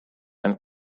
and